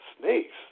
snakes